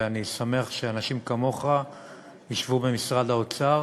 ואני שמח שאנשים כמוך ישבו במשרד האוצר